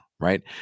Right